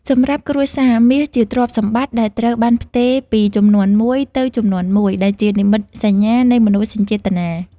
សម្រាប់គ្រួសារ មាសជាទ្រព្យសម្បត្តិដែលត្រូវបានផ្ទេរពីជំនាន់មួយទៅជំនាន់មួយ ដែលជានិមិត្តសញ្ញានៃមនោសញ្ចេតនា។